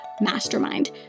mastermind